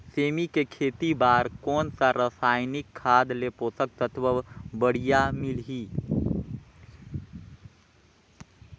सेमी के खेती बार कोन सा रसायनिक खाद ले पोषक तत्व बढ़िया मिलही?